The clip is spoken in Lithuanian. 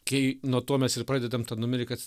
kai nuo to mes ir pradedam tą numerį kad